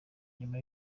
nyuma